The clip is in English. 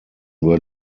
were